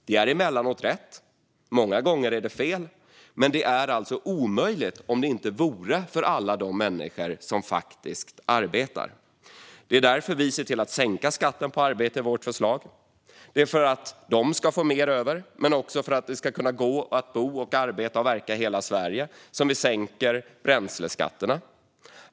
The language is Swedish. Det är emellanåt rätt. Många gånger är det fel. Men det är alltså omöjligt om det inte vore för alla de människor som faktiskt arbetar. Det är därför vi ser till att sänka skatten på arbete i vårt förslag. Det är för att människor ska få mer över men också för att det ska gå att bo, arbeta och verka i hela Sverige som vi sänker bränsleskatterna.